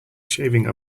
shaving